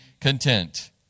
content